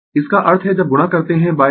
इसका अर्थ है जब गुणा करते है i t